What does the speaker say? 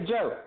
Joe